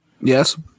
Yes